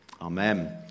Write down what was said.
Amen